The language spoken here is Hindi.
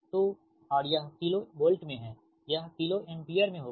तो और यह किलो वोल्ट में है यह किलो एम्पियर होगा